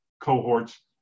cohorts